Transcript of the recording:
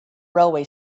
railway